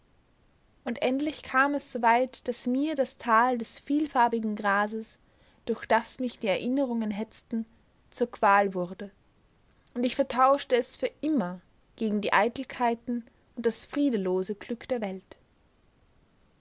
und endlich kam es soweit daß mir das tal des vielfarbigen grases durch das mich die erinnerungen hetzten zur qual wurde und ich vertauschte es für immer gegen die eitelkeiten und das friedelose glück der welt